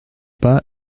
pas